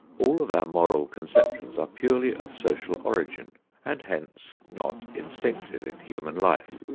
all of our moral conceptions are purely of social origin and hence not instinctive in human life,